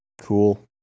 Cool